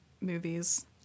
movies